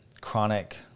chronic